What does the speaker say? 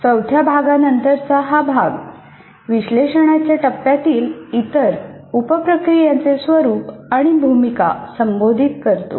चौथ्या भागानंतरचा हा भाग विश्लेषणाच्या टप्प्यातील इतर उप प्रक्रियांचे स्वरूप आणि भूमिका संबोधित करतो